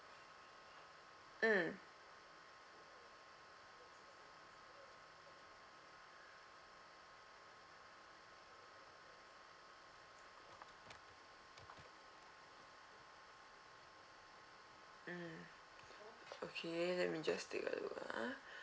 mm mm okay let me just take a look ah